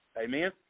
Amen